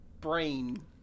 brain